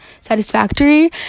satisfactory